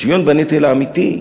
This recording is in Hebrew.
השוויון בנטל האמיתי,